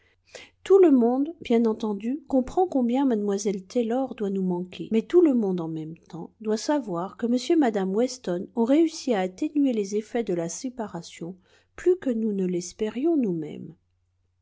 tout le monde bien entendu comprend combien mlle taylor doit nous manquer mais tout le monde en même temps doit savoir que m et mme weston ont réussi à atténuer les effets de la séparation plus que nous ne l'espérions nous-mêmes